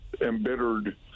embittered